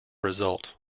result